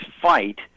fight